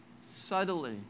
subtly